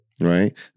right